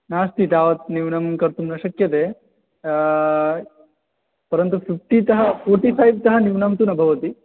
नास्ति तावत् न्यूनं कर्तुं न शक्यते परन्तु फिफ्टि तः फोर्टिफै तः न्यूनं तु न भवति